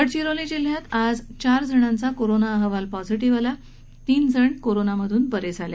गडचिरोली जिल्ह्यात आज चार जणांचा कोरोना अहवाल पॉझिटीव्ह आला तर तीन जण कोरोना आजारातून बरे झाले